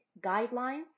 guidelines